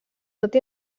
tot